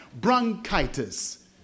Bronchitis